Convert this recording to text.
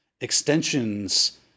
extensions